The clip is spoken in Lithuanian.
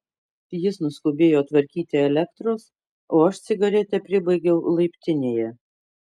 jis nuskubėjo tvarkyti elektros o aš cigaretę pribaigiau laiptinėje